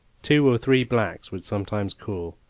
two or three blacks would sometimes call,